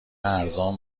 ارزان